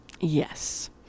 Yes